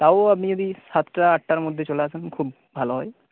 তাও আপনি যদি সাতটা আটটার মধ্যে চলে আসেন খুব ভালো হয়